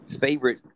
favorite